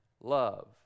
love